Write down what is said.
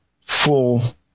full